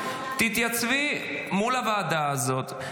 התייצבי מול הוועדה הזאת.